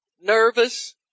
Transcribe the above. nervous